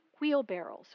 wheelbarrows